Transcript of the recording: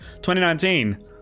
2019